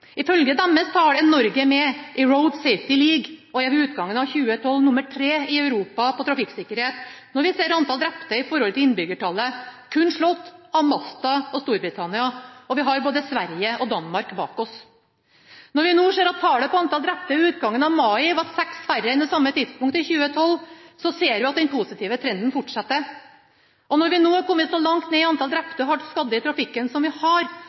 Ifølge deres tall er Norge med i Council road safety league og er ved utgangen av 2012 nr. 3 i Europa i trafikksikkerhet når vi ser på antall drepte i forhold til innbyggertallet – kun slått av Malta og Storbritannia. Vi har både Sverige og Danmark bak oss. Når antall drepte ved utgangen av mai var seks færre enn ved samme tidspunkt i 2012, ser vi at den positive trenden fortsetter. Når vi nå er kommet så langt ned i antall drepte og hardt skadde i trafikken som vi har,